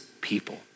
people